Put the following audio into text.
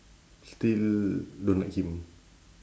still don't like him